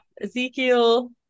Ezekiel